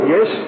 Yes